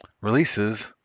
releases